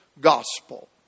gospel